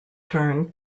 turn